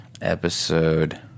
Episode